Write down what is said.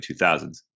2000s